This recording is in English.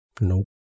Nope